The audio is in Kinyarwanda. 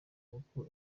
kuko